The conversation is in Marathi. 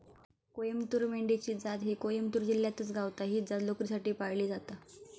कोईमतूर मेंढी ची जात ही कोईमतूर जिल्ह्यातच गावता, ही जात लोकरीसाठी पाळली जाता